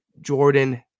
Jordan